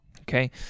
Okay